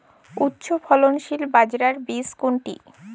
উচ্চফলনশীল বাজরার বীজ কোনটি?